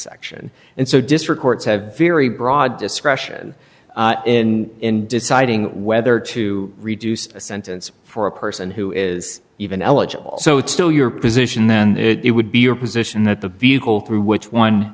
have very broad discretion in deciding whether to reduce a sentence for a person who is even eligible so it's still your position then it would be your position that the vehicle through which one